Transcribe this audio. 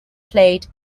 played